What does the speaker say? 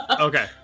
Okay